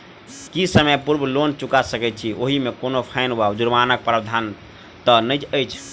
की समय पूर्व लोन चुका सकैत छी ओहिमे कोनो फाईन वा जुर्मानाक प्रावधान तऽ नहि अछि?